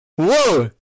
Whoa